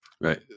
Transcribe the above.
Right